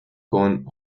gone